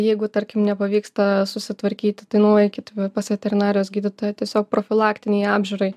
jeigu tarkim nepavyksta susitvarkyti tai nueikit pas veterinarijos gydytoją tiesiog profilaktinei apžiūrai